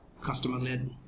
customer-led